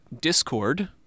Discord